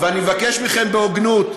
ואני מבקש מכם בהוגנות,